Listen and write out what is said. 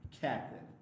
captain